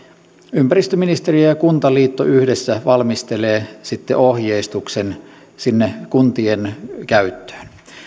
ympäristöministeriö ja kuntaliitto yhdessä sitten valmistelevat ohjeistuksen kuntien käyttöön